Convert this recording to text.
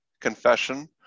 confession